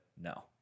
no